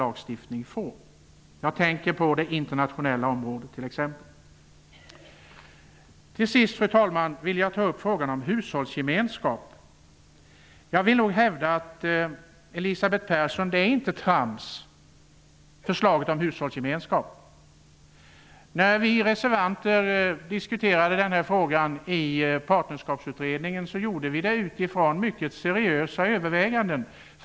Jag tänker då t.ex. på det internationella området. Till sist, fru talman, vill jag ta upp frågan om en lagstiftning baserad på hushållsgemenskap. Förslaget om en utredning om det är inte trams, Elisabeth Persson. När vi reservanter diskuterade den frågan i partnerskapsutredningen gjorde vi det utifrån mycket seriösa överväganden.